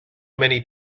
many